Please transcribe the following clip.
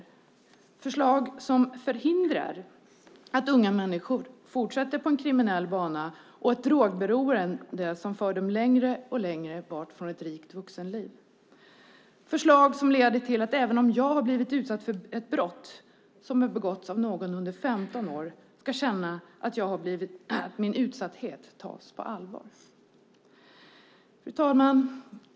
Det är förslag som förhindrar att unga människor fortsätter på en kriminell bana och ett drogberoende som för dem längre och längre bort från ett rikt vuxenliv. Det är förslag som leder till att även om jag har blivit utsatt för ett brott begånget av någon under 15 år ska jag känna att min utsatthet tas på allvar. Fru talman!